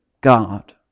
God